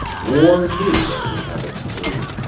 war knew that it would have its turn.